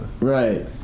Right